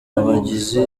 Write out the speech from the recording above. abagize